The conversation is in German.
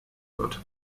wird